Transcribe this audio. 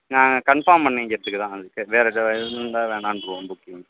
நான் கன்ஃபார்ம் பண்ணிக்கிறதுக்குத்தான் வேறு வேறு ஏதுவும் இருந்தால் வேணான்றுவோம் புக்கிங்